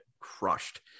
crushed